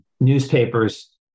newspapers